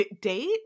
date